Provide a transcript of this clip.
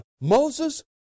Moses